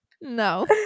No